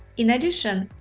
in addition,